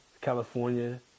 California